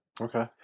Okay